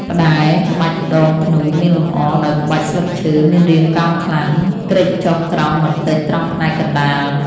ផ្តែរ ក្បាច់ដងធ្នូមានលម្អដោយក្បាច់ស្លឹងឈើ មានរាងកោងខ្លាំង គ្រេចចុះក្រោមបន្តិចត្រង់ផ្នែកកណ្តាល។